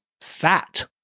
fat